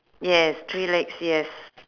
yes three legs yes